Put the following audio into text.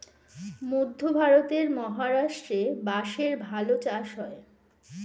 মধ্যে ভারতের মহারাষ্ট্রে বাঁশের ভালো চাষ হয়